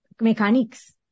mechanics